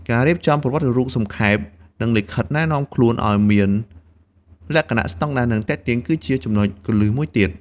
ការរៀបចំប្រវត្តិរូបសង្ខេប និងលិខិតណែនាំខ្លួនឲ្យមានលក្ខណៈស្តង់ដារ និងទាក់ទាញ គឺជាចំណុចគន្លឹះមួយទៀត។